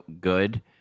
good